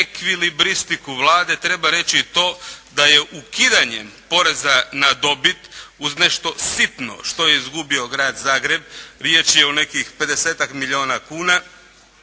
ekvilibristiku Vlade treba reći i to da je ukidanjem poreza na dobit uz nešto sitno što je izgubio Grad Zagreb. Riječ je o nekih pedesetak milijuna kuna